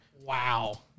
wow